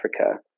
Africa